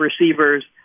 receivers